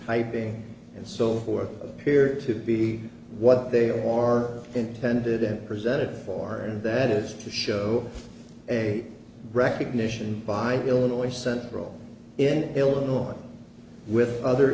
piping and so forth appear to be what they are intended and presented for and that is to show a recognition by illinois central in illinois with other